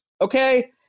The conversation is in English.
Okay